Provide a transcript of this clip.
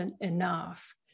enough